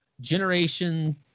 Generation